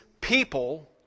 people